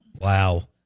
Wow